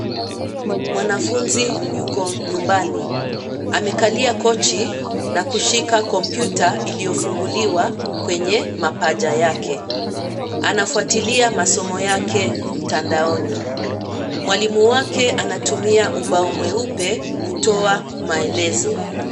Mwanafunzi yuko nyumbani. Amekalia kochi na kushika kompyuta iliyofunguliwa. Kwenye mapaja yake, anafuatilia masomo yake mtandaoni. Mwalimu wake anatumia ubao mweupe kutoa maelezo.